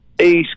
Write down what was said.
East